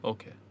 Okay